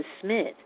Smith